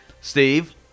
Steve